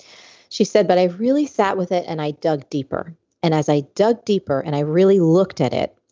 she said, but i really sat with it and i dug deeper and as i dug deeper and i really looked at it,